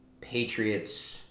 Patriots